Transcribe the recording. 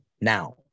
now